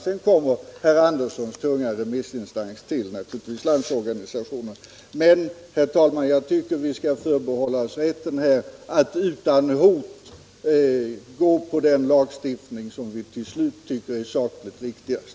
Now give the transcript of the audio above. Sedan tillkommer naturligtvis herr Anderssons tunga remissinstans Landsorganisationen, men jag tycker att vi skall förbehålla oss rätten att utan hot genomföra den lagstiftning som vi till slut finner sakligt riktigast.